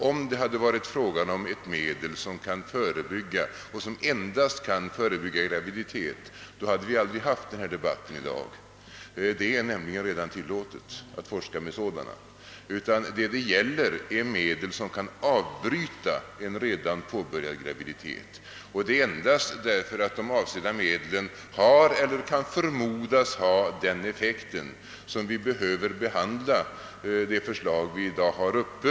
Om det hade varit fråga om ett medel som ikan förebygga — och endast kan förebygga — graviditet, hade vi aldrig haft denna debatt i dag. Det är nämligen redan tillåtet att forska med sådana medel. Vad det här gäller är medel, som kan avbryta en redan påbörjad graviditet. Det är därför att de avsedda medlen har eller kan förmodas ha sådan effekt, som vi behöver behandla det förslag som wi i dag har uppe.